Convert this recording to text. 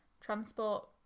transport